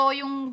yung